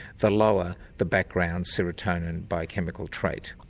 the lower the background serotonin biochemical trait.